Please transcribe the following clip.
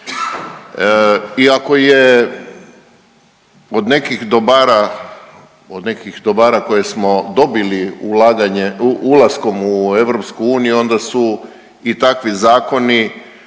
dobara, od nekih dobara koje smo dobili ulaskom u EU onda su i takvi zakoni